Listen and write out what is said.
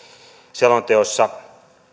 selonteossa